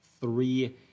three